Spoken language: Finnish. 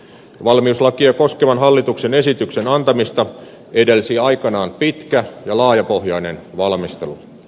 valmiuslakia koskevan hallituksen esityksen antamista edelsi aikanaan pitkä ja laajapohjainen valmistelu